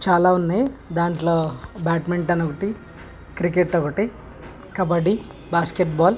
చాలా ఉన్నాయి దాంట్లో బ్యాడ్మింటన్ ఒకటి క్రికెట్ ఒకటి కబడ్డీ బాస్కెట్బాల్